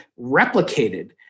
replicated